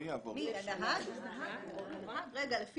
הוא עובר